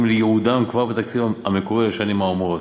לייעודם כבר בתקציב המקורי לשנים האמורות.